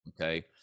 Okay